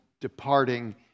departing